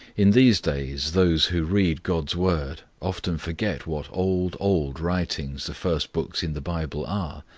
in these days those who read god's word often forget what old, old writings the first books in the bible are,